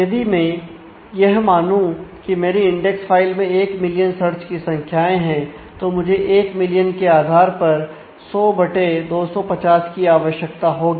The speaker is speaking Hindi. यदि मैं यह मानूं की मेरी इंडेक्स फाइल में 1 मिलियन सर्च की संख्याएं हैं तो मुझे 1 मिलियन के आधार पर 100 बटे 250 की आवश्यकता होगी